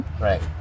right